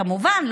כמובן,